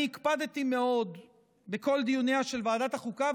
אני הקפדתי מאוד בכל דיוניה של ועדת החוקה,